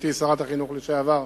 גברתי שרת החינוך לשעבר,